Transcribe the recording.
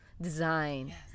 Design